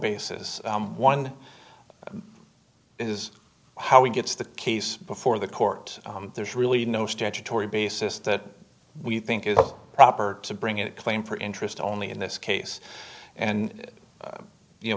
basis one is how he gets the case before the court there's really no statutory basis that we think it's proper to bring it claim for interest only in this case and you know